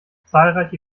zahlreiche